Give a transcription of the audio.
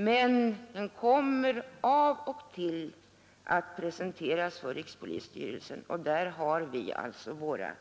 Men listan kommer som sagt av och till att presenteras för rikspolisstyrelsen, och där har vi alltså de